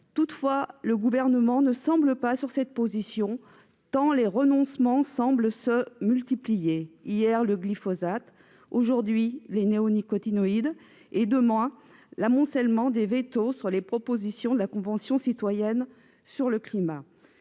Toutefois, le Gouvernement ne paraît pas être sur cette position tant les renoncements semblent se multiplier : hier le glyphosate, aujourd'hui les néonicotinoïdes et, demain, l'amoncellement des vetos sur les propositions de la Convention citoyenne pour le climat.